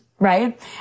Right